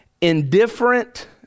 indifferent